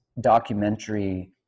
documentary